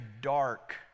dark